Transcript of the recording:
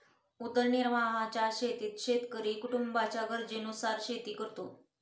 उदरनिर्वाहाच्या शेतीत शेतकरी कुटुंबाच्या गरजेनुसार शेती करतो